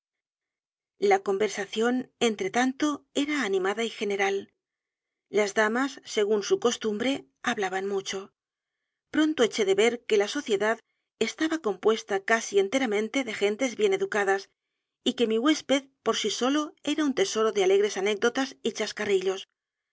la conversación entretanto era animada y general las damas según su costumbre hablaban mucho pronto eché de ver que la sociedad estaba compuesta casi enteramente de gentes bien educadas y que mi huésped por sí solo era un tesoro de alegres anécdotas y chascarrillos